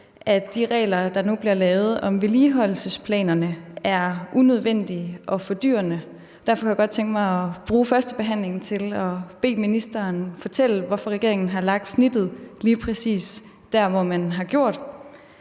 at de regler, der nu bliver lavet om vedligeholdelsesplanerne, er unødvendige og fordyrende. Derfor kunne jeg godt tænke mig at bruge førstebehandlingen til at bede ministeren om at fortælle, hvorfor regeringen har lagt snittet lige præcis der, hvor man har gjort